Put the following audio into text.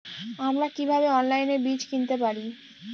আমরা কীভাবে অনলাইনে বীজ কিনতে পারি?